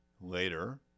later